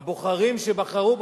הבוחרים שבחרו,